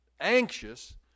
anxious